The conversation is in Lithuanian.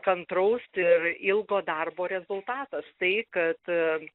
kantraus ir ilgo darbo rezultatas tai kad